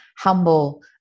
humble